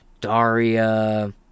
Daria